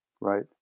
right